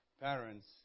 parents